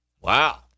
Wow